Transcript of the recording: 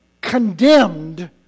condemned